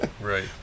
Right